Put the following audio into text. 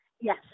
Yes